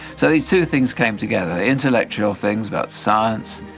so these two things came together intellectual things about science,